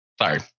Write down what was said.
Sorry